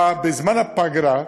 בזמן הפגרה,